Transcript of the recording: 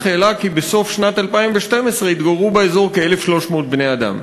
העלה כי בסוף שנת 2012 התגוררו באזור כ-1,300 בני-אדם.